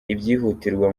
ibyihutirwa